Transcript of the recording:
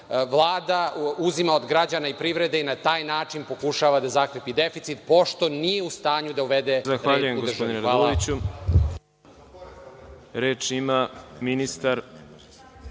Vlada uzima od građana i privrede i na taj način pokušava da zakrpi deficit, pošto nije u stanju uvede… **Đorđe Milićević**